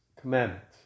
commandments